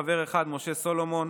חבר אחד: משה סולומון,